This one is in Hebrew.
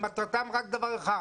שמטרתם רק דבר אחד,